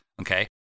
okay